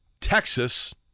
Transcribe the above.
Texas